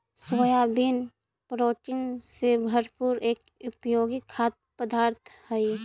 soybean protein से भरपूर एक उपयोगी खाद्य पदार्थ हई